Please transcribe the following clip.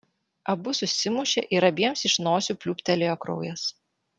abu susimušė ir abiems iš nosių pliūptelėjo kraujas